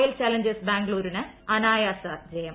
എല്ലിൽ ചലഞ്ചേഴ്സ് ബാംഗ്ലൂരിന് അനായാസ ജയം